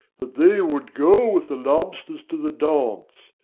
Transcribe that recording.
that they would go with the lobsters to the dance.